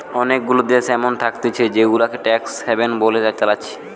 অনেগুলা দেশ এমন থাকতিছে জেগুলাকে ট্যাক্স হ্যাভেন বলে চালাচ্ছে